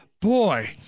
boy